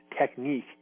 technique